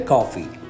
Coffee